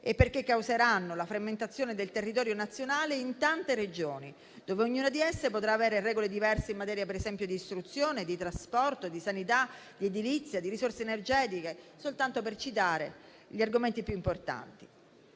e perché causeranno la frammentazione del territorio nazionale in tante Regioni, ognuna delle quali potrà avere regole diverse, per esempio in materia di istruzione, trasporti, sanità, edilizia o risorse energetiche, soltanto per citare gli argomenti più importanti.